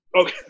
Okay